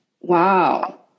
Wow